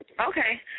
Okay